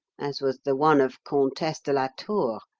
as was the one of comtesse de la tour